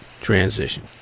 transition